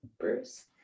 bruce